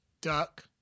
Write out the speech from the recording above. Duck